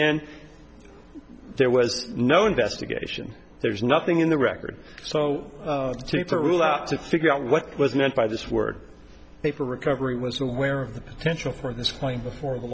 in there was no investigation there's nothing in the record so to put a rule up to figure out what was meant by this word paper recovery was aware of the potential for this point before the